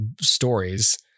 stories